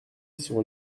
sur